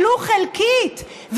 ולו חלקית,